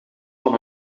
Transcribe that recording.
van